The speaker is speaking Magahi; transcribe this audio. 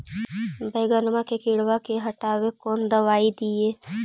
बैगनमा के किड़बा के हटाबे कौन दवाई दीए?